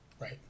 Right